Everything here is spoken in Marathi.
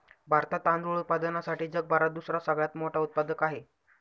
भारतात तांदूळ उत्पादनासाठी जगभरात दुसरा सगळ्यात मोठा उत्पादक आहे